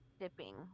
dipping